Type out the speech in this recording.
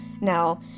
Now